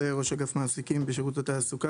אני ראש אגף מעסיקים בשרות התעסוקה.